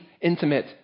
intimate